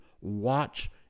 watch